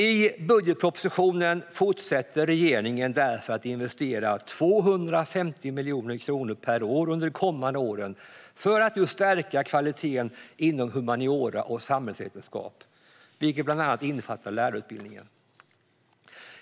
I budgetpropositionen fortsätter regeringen därför att investera 250 miljoner kronor per år under de kommande åren för att stärka kvaliteten inom humaniora och samhällsvetenskap, vilket bland annat innefattar lärarutbildningen.